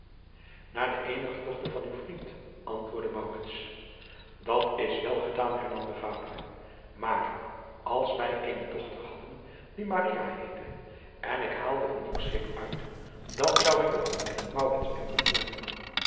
naar de eenige dochter van uw vriend antwoordde maurits dat is welgedaan hernam de vader maar als wij eene dochter hadden die maria heette en ik haalde een nieuw schip uit dan zou ik het de maurits en maria noemen